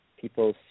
people